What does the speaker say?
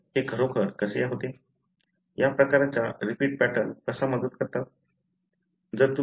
तर हे खरोखर कसे होते या प्रकारच्या रिपीट पॅटर्न कशा मदत करतात